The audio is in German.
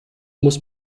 muss